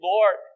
Lord